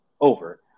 over